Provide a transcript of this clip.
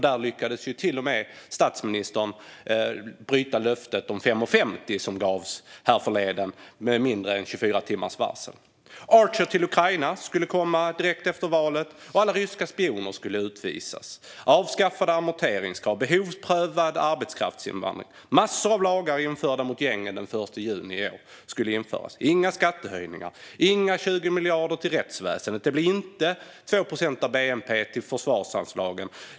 Där lyckades till och med statsministern bryta löftet om 5,50 som gavs härförleden med mindre än 24 timmars varsel. Archer till Ukraina skulle komma direkt efter valet, och alla ryska spioner skulle utvisas. Det skulle bli avskaffade amorteringskrav, behovsprövad arbetskraftsinvandring och massor av lagar införda mot gängen den 1 juni i år. Det skulle inte bli några skattehöjningar. Det blir inga 20 miljarder till rättsväsendet. Det blir inte 2 procent av bnp till försvarsanslagen.